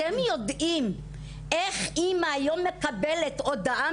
אתם יודעים איך אמא מקבלת היום הודעה